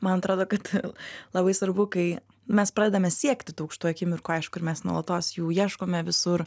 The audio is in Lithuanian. man atrodo kad labai svarbu kai mes pradedame siekti tų aukštų akimirkų aišku ir mes nuolatos jų ieškome visur